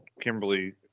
Kimberly